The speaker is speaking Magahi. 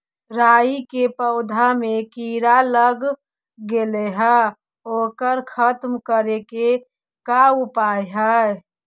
राई के पौधा में किड़ा लग गेले हे ओकर खत्म करे के का उपाय है?